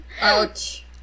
Ouch